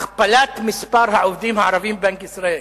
על הכפלת מספר העובדים הערבים בבנק ישראל.